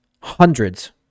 hundreds